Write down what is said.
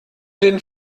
den